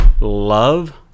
love